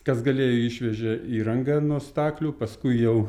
kas galėjo išvežė įrangą nuo staklių paskui jau